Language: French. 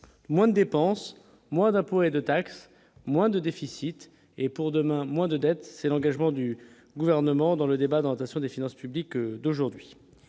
moins dépensent moins d'impôts et de taxes, moins de déficit et pour demain, moins de dettes, c'est l'engagement du gouvernement dans le débat dans un sur les finances publiques d'aujourd'hui